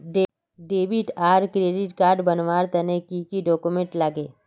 Debit आर credit card बनवार तने की की डॉक्यूमेंट लागे?